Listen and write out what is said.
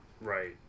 Right